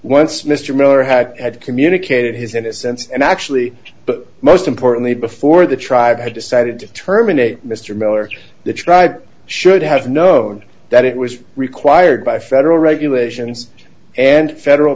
once mr miller had had communicated his innocence and actually but most importantly before the tribe had decided to terminate mr miller the tribe should have known that it was required by federal regulations and federal